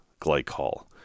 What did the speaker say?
glycol